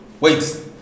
Wait